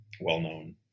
well-known